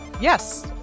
Yes